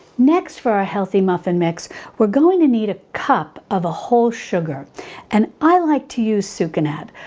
next for our healthy muffin mix we're going to need a cup of a whole sugar and i like to use sucanat.